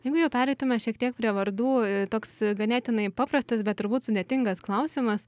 jeigu jau pereitume šiek tiek prie vardų toks ganėtinai paprastas bet turbūt sudėtingas klausimas